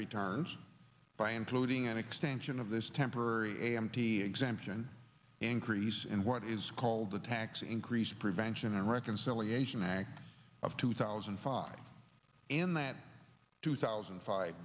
returns by including an extension of this temporary a m t exemption increase in what is called the tax increase prevention and reconciliation act of two thousand and five and that two thousand